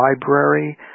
library